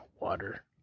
water